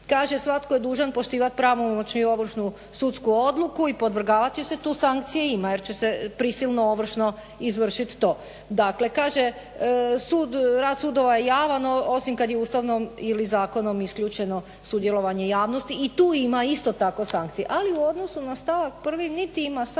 Kaže svatko je dužan poštivat pravomoćnu i ovršnu sudsku odluku i podvrgavat joj se. Tu sankcije ima jer će se prisilno ovršno izvršit to. Dakle, kaže sud, rad sudova je javan osim kad je Ustavom ili zakonom isključeno sudjelovanje javnosti. I tu ima isto tako sankcije. Ali u odnosu na stavak prvi niti ima sankcije,